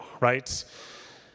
right